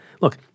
Look